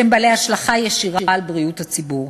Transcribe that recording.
שהם בעלי השלכה ישירה על בריאות הציבור.